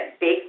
big